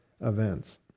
events